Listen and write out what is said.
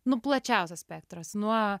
nu plačiausias spektras nuo